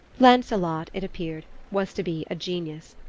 lancelot, it appeared, was to be a genius.